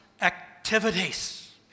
activities